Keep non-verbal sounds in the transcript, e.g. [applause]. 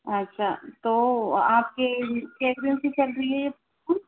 अच्छा तो आप के [unintelligible] चल रही है ये [unintelligible]